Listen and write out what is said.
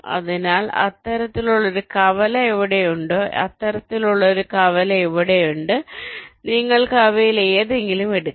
അതിനാൽ അത്തരത്തിലുള്ള ഒരു കവല ഇവിടെ ഉണ്ടോ അത്തരത്തിലുള്ള ഒരു കവല ഇവിടെയുണ്ട് നിങ്ങൾക്ക് അവയിലേതെങ്കിലും എടുക്കാം